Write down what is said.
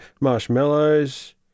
Marshmallows